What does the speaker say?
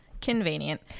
Convenient